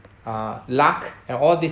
uh luck and all this